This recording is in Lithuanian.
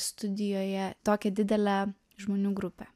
studijoje tokią didelę žmonių grupę